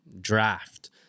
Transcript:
draft